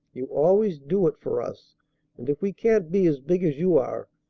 you always do it for us and, if we can't be as big as you are,